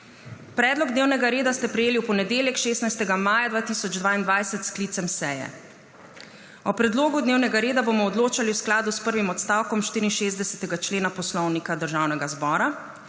Predlog dnevnega reda ste prejeli v ponedeljek, 16. maja 2022, s sklicem seje. O predlogu dnevnega reda bomo odločali v skladu s prvim odstavkom 64. člena Poslovnika Državnega zbora.